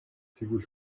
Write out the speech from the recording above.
тэгвэл